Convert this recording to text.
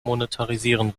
monetarisieren